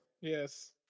Yes